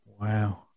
wow